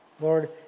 Lord